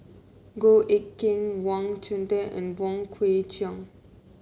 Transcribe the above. Goh Eck Kheng Wang Chunde and Wong Kwei Cheong